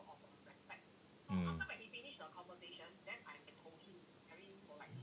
mm